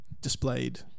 displayed